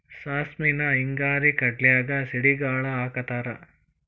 ಸಾಸ್ಮಿನ ಹಿಂಗಾರಿ ಕಡ್ಲ್ಯಾಗ ಸಿಡಿಗಾಳ ಹಾಕತಾರ